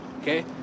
okay